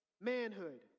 manhood